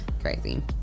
crazy